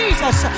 Jesus